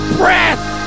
breath